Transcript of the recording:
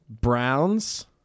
Browns